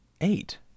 eight